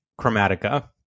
Chromatica